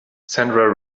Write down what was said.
sandra